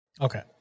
Okay